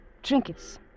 Trinkets